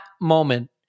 moment